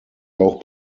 auch